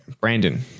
Brandon